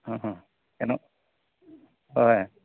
হয়